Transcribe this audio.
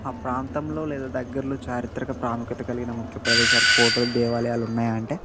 మా ప్రాంతంలో లేదా దగ్గర్లో చారిత్రక ప్రాముఖ్యత కలిగిన ముఖ్య ప్రదేశాలు కోటలు దేవాలయాలు ఉన్నాయంటే